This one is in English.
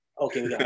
okay